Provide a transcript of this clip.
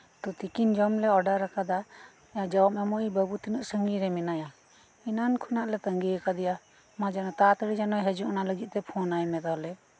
ᱛᱚ ᱛᱤᱠᱤᱱ ᱡᱚᱢᱞᱮ ᱚᱰᱟᱨ ᱟᱠᱟᱫᱟ ᱡᱚᱢ ᱮᱢᱚᱜᱤᱡ ᱵᱟᱹᱵᱩ ᱛᱤᱱᱟᱹᱜ ᱥᱟᱺᱜᱤᱧ ᱨᱮ ᱢᱮᱱᱟᱭᱟ ᱮᱱᱟᱱ ᱠᱷᱚᱱᱟᱜᱞᱮ ᱛᱟᱺᱜᱤ ᱟᱠᱟᱫᱮᱭᱟ ᱢᱟ ᱡᱮᱱᱚ ᱛᱟᱲᱟ ᱛᱟᱹᱲᱤ ᱡᱮᱱᱚᱭ ᱦᱤᱡᱩᱜ ᱚᱱᱟᱞᱟᱹᱜᱤᱫ ᱛᱮ ᱯᱷᱚᱱᱟᱭᱢᱮ ᱛᱟᱦᱚᱞᱮ